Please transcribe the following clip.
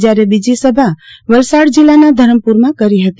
જયારે બીજી સભા વલસાડ જીલ્લાના ધરમપુરમાં કરી હતી